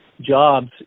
jobs